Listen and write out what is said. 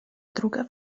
druga